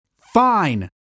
Fine